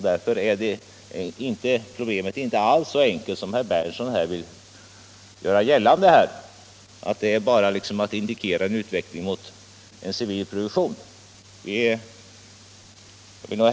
Därför är problemet inte alls så enkelt som herr Berndtson här vill göra gällande — att det bara är att indikera en utveckling mot civil produktion.